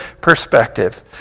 perspective